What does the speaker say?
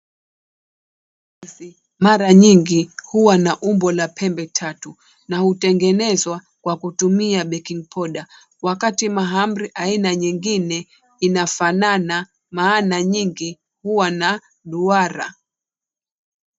Mara nyingi huwa na pembe tatu na hutengenezwa kwa kutumia baking powder , wakati mahamri aina nyingine inafanana maana nyingi huwa na duara.